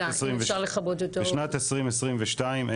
בשנת 2022,